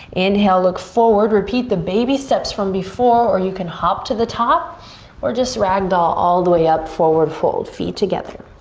inhale look forward, repeat the baby steps from before or you can hop to the top or just ragdoll all the way up forward fold, feet together.